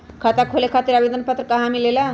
खाता खोले खातीर आवेदन पत्र कहा मिलेला?